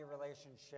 relationship